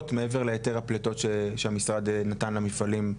מעבר להיתר הפליטות שהמשרד נתן למפעלים?